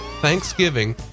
Thanksgiving